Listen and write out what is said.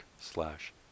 slash